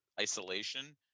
isolation